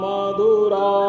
Madura